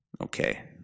Okay